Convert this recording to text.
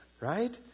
right